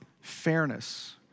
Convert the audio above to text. fairness